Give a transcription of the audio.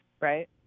right